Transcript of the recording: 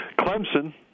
Clemson